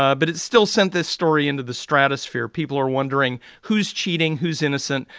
ah but it's still sent this story into the stratosphere. people are wondering who's cheating, who's innocent.